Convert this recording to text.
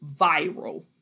viral